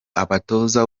abatoza